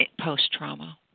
post-trauma